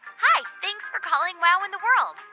hi, thanks for calling wow in the world.